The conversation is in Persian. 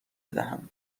بدهم